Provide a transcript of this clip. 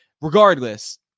Regardless